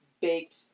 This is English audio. baked